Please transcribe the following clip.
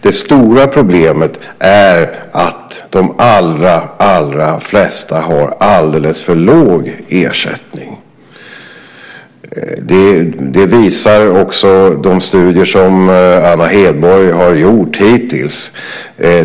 Det stora problemet är att de allra flesta har alldeles för låg ersättning. Det visar också de studier som Anna Hedborg har gjort hittills.